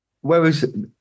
Whereas